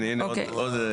הנה עוד.